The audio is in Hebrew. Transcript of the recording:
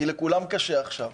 כי לכולם קשה עכשיו.